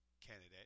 candidate